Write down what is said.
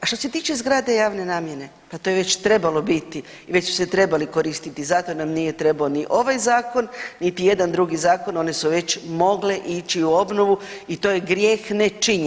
A što se tiče zgrada javne namjene, pa to je već trebalo biti i već su se trebali koristiti, zato nam nije trebao ni ovaj Zakon niti jedan drugi zakon, one su već mogle ići u obnovu i to je grijeh nečinjenja.